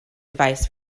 device